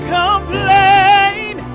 complain